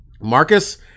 Marcus